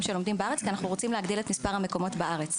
שלומדים בארץ כי אנחנו רוצים להגדיל את מספר המקומות בארץ.